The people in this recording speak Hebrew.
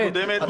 עמית.